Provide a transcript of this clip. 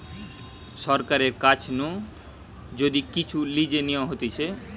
সরকারের কাছ নু যদি কিচু লিজে নেওয়া হতিছে